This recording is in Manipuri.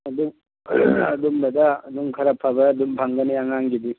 ꯑꯗꯨ ꯑꯗꯨꯝꯕꯗ ꯑꯗꯨꯝ ꯈꯔ ꯐꯖꯕ ꯑꯗꯨꯝ ꯐꯪꯒꯅꯤ ꯑꯉꯥꯡꯒꯤꯗꯤ